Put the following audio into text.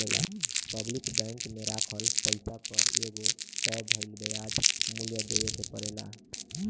public bank में राखल पैसा पर एगो तय भइल ब्याज मूल्य देवे के परेला